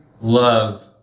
love